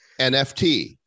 NFT